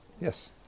Yes